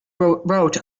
wrote